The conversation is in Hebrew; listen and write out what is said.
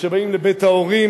וכשבאים לבית ההורים,